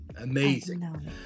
Amazing